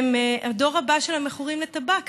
והם הדור הבא של המכורים לטבק.